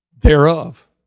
thereof